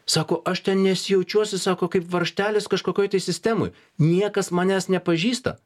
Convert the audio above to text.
sako aš ten nesijaučiuosi sako kaip varžtelis kažkokioj tai sistemoj niekas manęs nepažįsta